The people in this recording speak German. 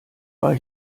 war